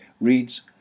reads